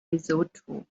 lesotho